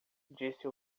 disse